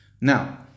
Now